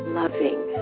loving